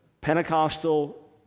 Pentecostal